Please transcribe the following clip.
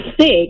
sick